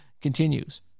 continues